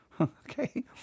Okay